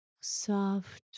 Soft